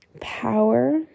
power